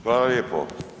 Hvala lijepo.